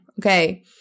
Okay